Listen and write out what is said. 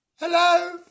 Hello